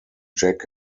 jack